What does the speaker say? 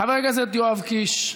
חבר הכנסת יואב קיש.